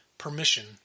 Permission